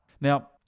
Now